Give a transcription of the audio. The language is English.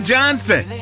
Johnson